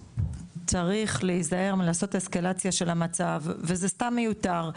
צריך להיזהר מלעשות אסקלציה של המצב וזה סתם מיותר,